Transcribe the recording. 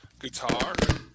guitar